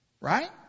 Right